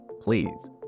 please